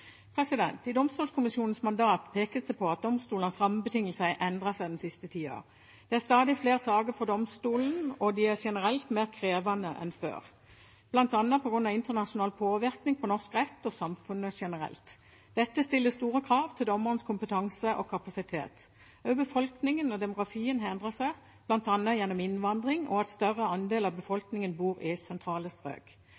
I Domstolkommisjonens mandat pekes det på at domstolenes rammebetingelser har endret seg den siste tida. Det er stadig flere saker for domstolene, og de er generelt mer krevende enn før, bl.a. på grunn av internasjonal påvirkning på norsk rett og samfunnet generelt. Dette stiller store krav til dommernes kompetanse og kapasitet. Også befolkningen og demografien har endret seg, bl.a. gjennom innvandring og at en større andel av